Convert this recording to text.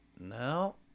no